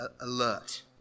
alert